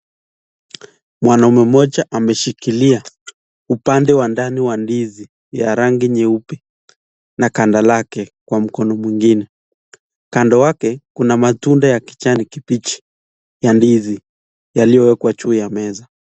Mwanaume mmoja ameshikilia upande wa ndani wa ndizi ya rangi nyeupe na kanda lake kwa mkono mwingine, kando wake kuna matunda ya kijani kibichi ya ndizi yaliyowekwa juu ya meza.